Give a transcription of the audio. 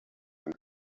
and